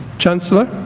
chancellor,